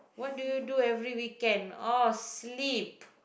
what do you do every weekend oh sleep